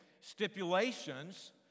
stipulations